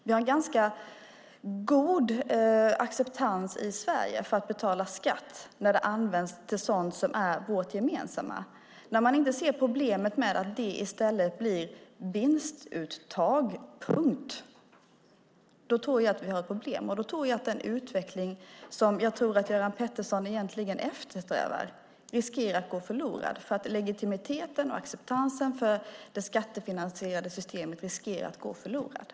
Vi har ganska god acceptans i Sverige för att betala skatt när pengarna används till sådant som är vårt gemensamma. När man inte ser problemet med att det i stället blir vinstuttag tror jag att vi har ett problem, och då riskerar den utveckling som Göran Pettersson antagligen eftersträvar, nämligen legitimiteten och acceptansen för det skattefinansierade systemet, att gå förlorad.